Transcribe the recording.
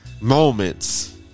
moments